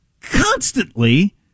constantly